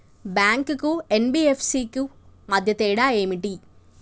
Bank కు NBFC కు మధ్య తేడా ఏమిటి?